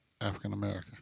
african-american